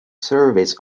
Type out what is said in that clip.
service